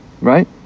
right